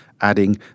adding